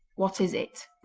what is it